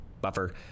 buffer